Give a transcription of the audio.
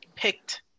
picked